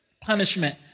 Punishment